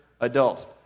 adults